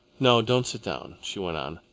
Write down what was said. no, don't sit down, she went on.